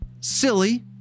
silly